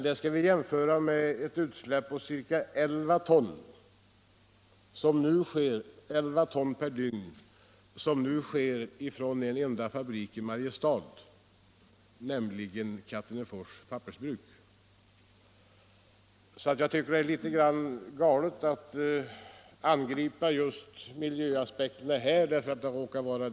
Det skall jämföras med utsläppet på ca 11 ton per dygn från en enda fabrik i Mariestad, nämligen Katrinefors Pappersbruk. Det är litet galet att anföra miljöaspekten just i fallet Ranstad.